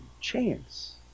chance